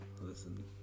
listen